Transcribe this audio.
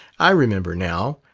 i remember now.